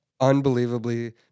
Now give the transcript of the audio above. unbelievably